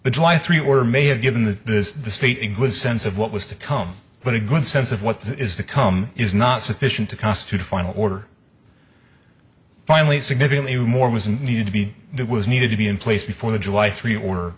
but july three order may have given the state a good sense of what was to come but a good sense of what is the come is not sufficient to constitute a final order finally significantly more was needed to be there was needed to be in place before the july three or